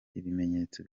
ibimenyetso